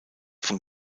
von